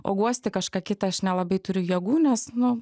o guosti kažką kitą aš nelabai turiu jėgų nes nu